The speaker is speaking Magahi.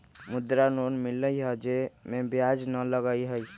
मुद्रा लोन मिलहई जे में ब्याज न लगहई?